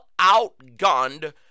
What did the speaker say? outgunned